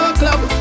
club